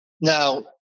Now